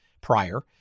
prior